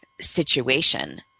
situation